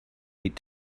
eat